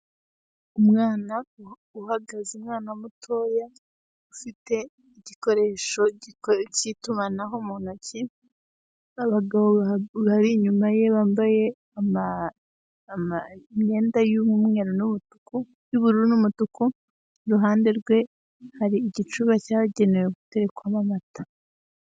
Umwana, uhagaze umwana mutoya ufite igikoresho cy'itumanaho mu intoki abagabo bari inyuma ye bambaye imyenda y'umweru n'umutuku, y'ubururu numutuku iruhande ye hari igicuba cyagenewe gushiramo amata.